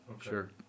Sure